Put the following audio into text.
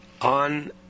On